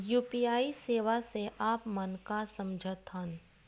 UPI सेवा से आप मन का समझ थान?